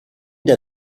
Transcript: der